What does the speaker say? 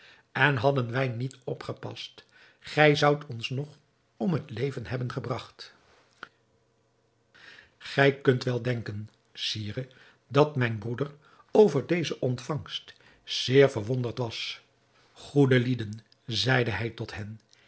en hadden wij niet opgepast gij zoudt ons nog om het leven hebben gebragt gij kunt wel denken sire dat mijn broeder over deze ontvangst zeer verwonderd was goede lieden zeide hij tot hen